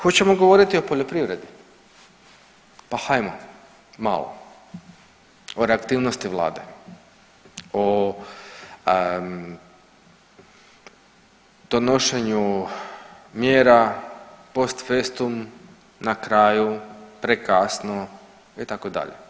Hoćemo govoriti o poljoprivredi, pa hajmo malo o reaktivnosti vlade, o donošenju mjera, post festum na kraju, prekasno itd.